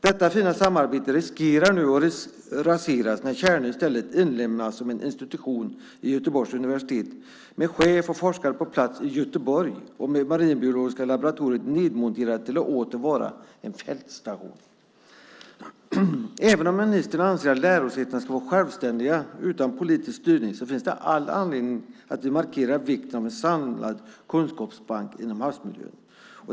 Detta fina samarbete riskerar nu att raseras när Tjärnö i stället inlemmas som en institution vid Göteborgs universitet med chef och forskare på plats i Göteborg och med Marinbiologiska laboratoriet nedmonterat till att åter vara en fältstation. Även om ministern anser att lärosätena ska vara självständiga utan politisk styrning finns det all anledning att vi markerar vikten av en samlad kunskapsbank inom havsmiljön.